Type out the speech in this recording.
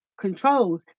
controls